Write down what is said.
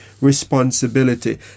responsibility